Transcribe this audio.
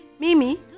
Mimi